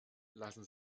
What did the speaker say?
lassen